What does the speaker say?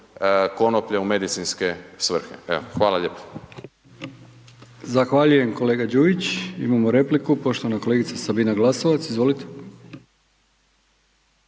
konoplje u medicinske svrhe. Evo, hvala lijepo. **Brkić, Milijan (HDZ)** Zahvaljujem kolega Đujić. Imamo repliku, poštovana kolegica Sabina Glasovac, izvolite.